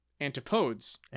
Antipodes